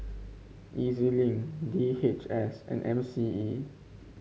E Z Link D H S and M C E